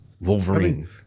Wolverine